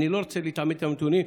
אני לא רוצה להעמיק בנתונים.